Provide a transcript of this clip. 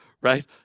right